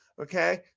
Okay